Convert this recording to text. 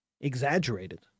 exaggerated